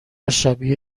شبیه